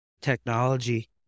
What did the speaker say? technology